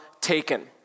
taken